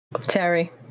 terry